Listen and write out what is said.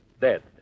dead